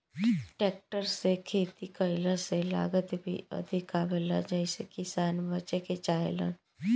tractor से खेती कईला से लागत भी अधिक आवेला जेइसे किसान बचे के चाहेलन